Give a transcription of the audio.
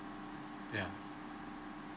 yeah